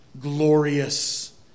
Glorious